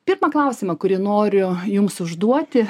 pirmą klausimą kurį noriu jums užduoti